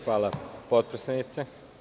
Hvala, potpredsednice.